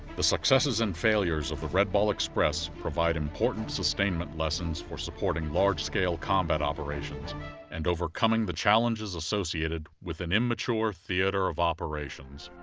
the successes and failures of the red ball express provide important sustainment lessons for supporting large-scale combat operations and overcoming the challenges associated with an immature theater of operations.